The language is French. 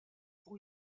pour